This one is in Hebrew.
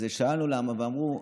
אז שאלנו למה, ואמרו: